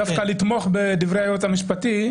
לתמוך בדברי היועץ המשפטי.